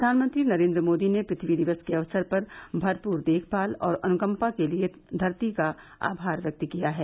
प्रधानमंत्री नरेंद्र मोदी ने पथ्यी दिवस के अवसर पर भरपूर देखभाल और अनुकपा के लिए धरती का आभार व्यक्त किया है